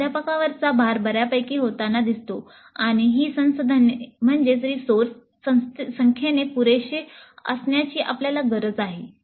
प्राध्यापकांवरचा भार बऱ्यापैकी होताना दिसतो आणि ही संसाधने संख्येने पुरेशी असण्याची आपल्याला गरज आहे